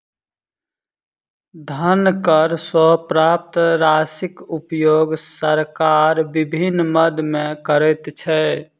धन कर सॅ प्राप्त राशिक उपयोग सरकार विभिन्न मद मे करैत छै